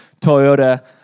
Toyota